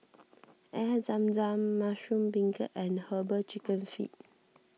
Air Zam Zam Mushroom Beancurd and Herbal Chicken Feet